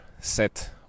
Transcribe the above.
set